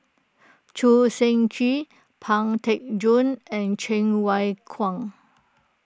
Choo Seng Quee Pang Teck Joon and Cheng Wai Keung